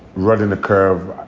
running the curve,